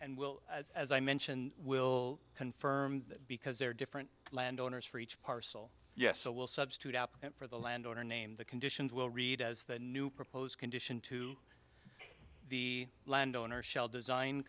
and well as i mentioned will confirm that because there are different landowners for each parcel yes so we'll substitute out for the landowner name the conditions will read as the new proposed condition to the landowner shall design